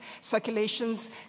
circulations